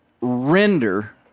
Render